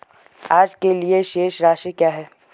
आज के लिए शेष राशि क्या है?